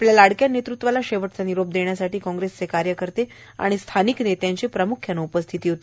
आपल्या लाडक्या नेतृत्वाला शेवटचा निरोप देण्यासाठी कॉग्रेसचे कार्यकर्ते आणि नेत्यांची प्राम्ख्यानं उपस्थिती होती